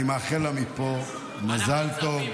אני מאחל לה מפה מזל טוב.